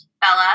Bella